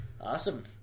Awesome